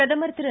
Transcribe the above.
பிரதமர் திரு